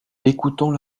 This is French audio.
écoutons